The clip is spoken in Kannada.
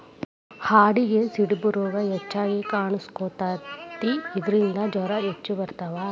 ಆಡಿಗೆ ಸಿಡುಬು ರೋಗಾ ಹೆಚಗಿ ಕಾಣಿಸಕೊತತಿ ಇದರಿಂದ ಜ್ವರಾ ಹೆಚ್ಚ ಬರತಾವ